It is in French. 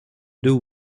deux